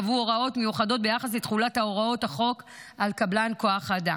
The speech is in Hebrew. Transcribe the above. וקבעו הוראות מיוחדות ביחס לתחולת הוראות החוק על קבלן כוח האדם.